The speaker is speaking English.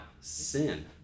sin